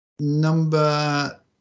number